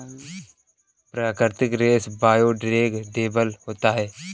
प्राकृतिक रेसे बायोडेग्रेडेबल होते है